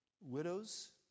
Widows